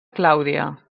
clàudia